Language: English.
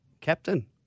Captain